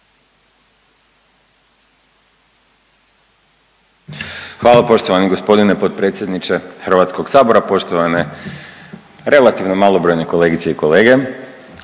Hvala poštovani g. potpredsjedniče HS, poštovane relativno malobrojne kolegice i kolege,